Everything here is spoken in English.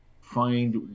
find